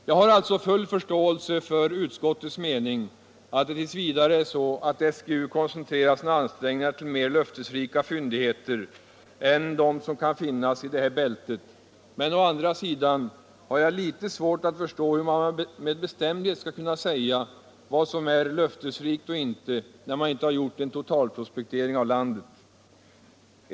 Jag har alltså full förståelse för utskouets mening att det i. v. bör vara så att SGU koncentrerar sina ansträngningar till mer löftesrika fyndigheter än de som kan finnas i det här bältet. men ä andra sidan har jur litet svårt att förstå hur man med bestämdhet skill kunna säga vad som är löftesrikt eller inte när man inte har gjort en totalprospektering av landet.